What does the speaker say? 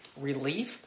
relief